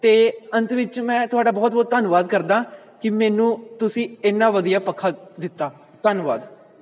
ਅਤੇ ਅੰਤ ਵਿੱਚ ਮੈਂ ਤੁਹਾਡਾ ਬਹੁਤ ਬਹੁਤ ਧੰਨਵਾਦ ਕਰਦਾ ਕਿ ਮੈਨੂੰ ਤੁਸੀਂ ਇੰਨਾ ਵਧੀਆ ਪੱਖਾ ਦਿੱਤਾ ਧੰਨਵਾਦ